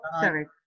sorry